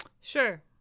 sure